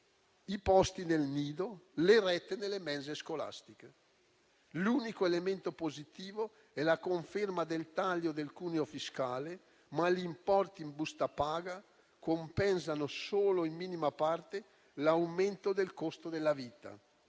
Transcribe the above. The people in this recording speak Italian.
i posti nel nido, le rette nelle mense scolastiche. L'unico elemento positivo è la conferma del taglio del cuneo fiscale, ma gli importi in busta paga compensano solo in minima parte l'aumento del costo della vita;